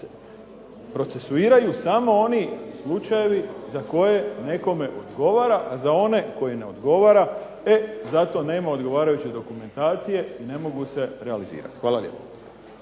procesuiraju samo oni slučajevi za koje nekome odgovara, a za one koje ne odgovara, e za to nema odgovarajuće dokumentacije i ne mogu se realizirati. Hvala lijepa.